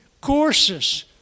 courses